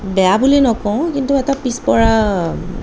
বেয়া বুলি নকওঁ কিন্তু এটা পিছপৰা